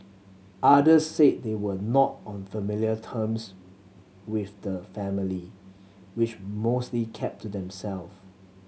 others said they were not on familiar terms with the family which mostly kept to them self